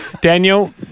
Daniel